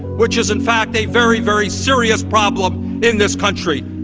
which is in fact a very very serious problem in this country.